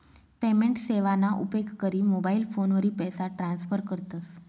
payment सेवाना उपेग करी मोबाईल फोनवरी पैसा ट्रान्स्फर करतस